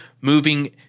moving